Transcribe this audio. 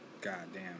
Goddamn